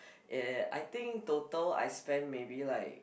ya ya I think total I spend maybe like